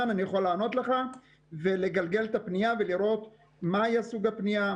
אני יכול לענות לך ולגלגל את הפנייה ולראות מה סוג הפנייה,